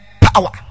power